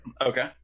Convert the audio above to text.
okay